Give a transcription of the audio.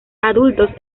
adultos